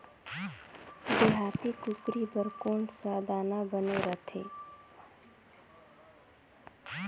देहाती कुकरी बर कौन सा दाना बने रथे?